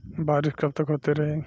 बरिस कबतक होते रही?